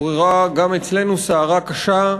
עוררה גם אצלנו סערה קשה.